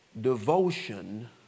Devotion